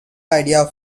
idea